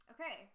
Okay